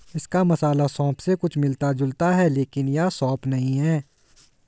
इसका मसाला सौंफ से कुछ मिलता जुलता है लेकिन यह सौंफ जैसा नहीं है